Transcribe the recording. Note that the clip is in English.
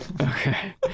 Okay